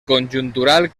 conjuntural